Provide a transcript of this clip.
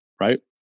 right